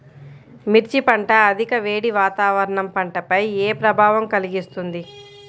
మిర్చి పంట అధిక వేడి వాతావరణం పంటపై ఏ ప్రభావం కలిగిస్తుంది?